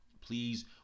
Please